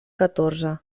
catorze